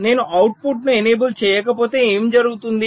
నేను అవుట్పుట్ను ఎనేబుల్ చేయకపోతే ఏమి జరుగుతుంది